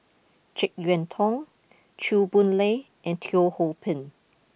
Jek Yeun Thong Chew Boon Lay and Teo Ho Pin